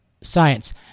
science